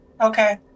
Okay